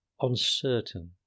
uncertain